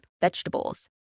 vegetables